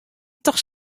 dochs